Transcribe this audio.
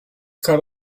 cut